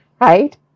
right